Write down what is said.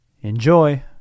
Enjoy